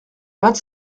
vingt